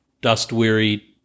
dust-weary